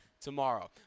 tomorrow